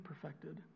perfected